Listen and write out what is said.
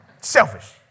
Selfish